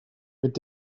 mit